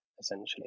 essentially